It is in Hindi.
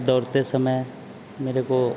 दौड़ते समय मेरे को